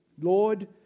Lord